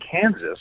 Kansas